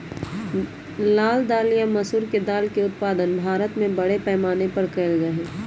लाल दाल या मसूर के दाल के उत्पादन भारत में बड़े पैमाने पर कइल जा हई